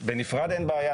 בנפרד אין בעיה.